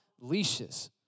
leashes